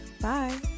Bye